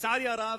לצערי הרב,